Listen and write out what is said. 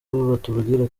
batubwira